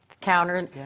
counter